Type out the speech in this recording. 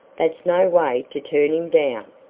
that's no way to turn him down.